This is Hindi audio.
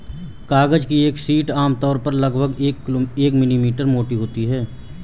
कागज की एक शीट आमतौर पर लगभग एक मिलीमीटर मोटी होती है